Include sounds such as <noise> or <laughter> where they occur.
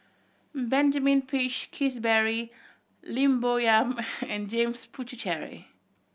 Benjamin Peach Keasberry Lim Bo Yam <noise> and James Puthucheary